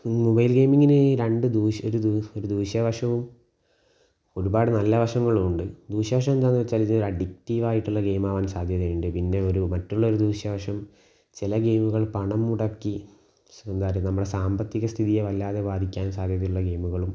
mobile ഗെയിമിംഗിന് രണ്ട് ദൂഷ്യ ഒരു ദൂഷ്യ വശവും ഒരുപാട് നല്ല വശങ്ങളുമുണ്ട് ദൂഷ്യവശം എന്താണെന്ന് വച്ചാല് ഇതൊരു അഡിക്റ്റിവായിട്ടുള്ള ഗെയിമാകാൻ സാധ്യത ഉണ്ട് പിന്നെ ഒരു മറ്റുള്ള ഒരു ദൂഷ്യവശം ചില ഗെയിമുകൾ പണം മുടക്കി സ്വന്തമാക്കുന്നു നമ്മുടെ സാമ്പത്തിക സ്ഥിതിയെ വല്ലാതെ ബാധിക്കാൻ സാധ്യതയുള്ള ഗെയിമുകളും